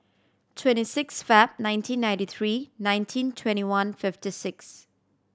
twenty six Feb nineteen ninety three nineteen twenty one fifty six